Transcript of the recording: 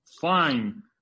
fine